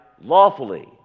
lawfully